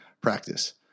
practice